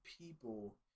people